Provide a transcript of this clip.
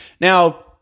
Now-